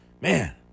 man